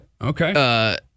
Okay